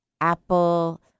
Apple